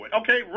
Okay